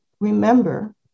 remember